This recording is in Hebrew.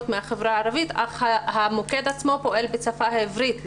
מהחברה הערבית אך המוקד עצמו פועל בשפה העברית.